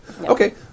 Okay